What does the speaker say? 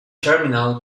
terminal